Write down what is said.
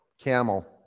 camel